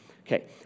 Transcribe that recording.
Okay